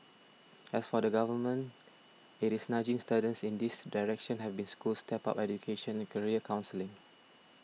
as for the Government it is nudging students in this direction having schools step up education and career counselling